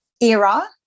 era